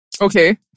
Okay